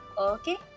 okay